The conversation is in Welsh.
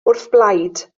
wrthblaid